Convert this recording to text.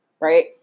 right